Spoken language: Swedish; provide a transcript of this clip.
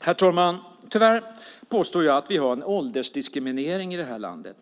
Herr talman! Tyvärr måste jag påstå att vi har en åldersdiskriminering i det här landet.